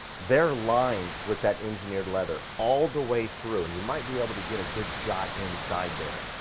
they're lined with that engineered leather all the way through, and you might be able to get a good shot inside there.